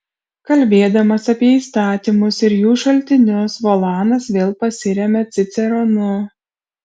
kalbėdamas apie įstatymus ir jų šaltinius volanas vėl pasiremia ciceronu